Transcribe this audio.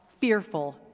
fearful